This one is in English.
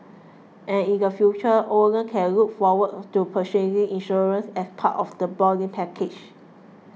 and in the future owners can look forward to purchasing insurance as part of the boarding packages